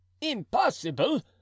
Impossible